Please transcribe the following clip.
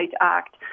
Act